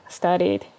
studied